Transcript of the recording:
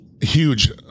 huge